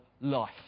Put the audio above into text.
life